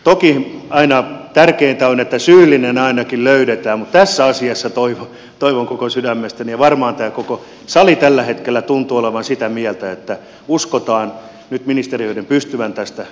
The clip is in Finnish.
toki aina tärkeintä on että syyllinen ainakin löydetään mutta tässä asiassa toivon koko sydämestäni ja varmaan tämä koko sali tällä hetkellä tuntuu olevan sitä mieltä että uskotaan nyt ministeriöiden pystyvän tästä sopimaan